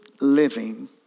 living